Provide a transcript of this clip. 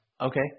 Okay